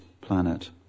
planet